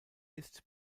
ist